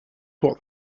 what